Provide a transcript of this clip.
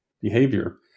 behavior